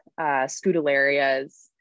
scutellaria's